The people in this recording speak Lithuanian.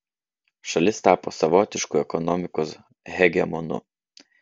šalis tapo savotišku ekonomikos hegemonu